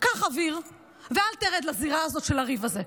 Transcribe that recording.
קח אוויר ואל תרד לזירה הזאת של הריב הזה,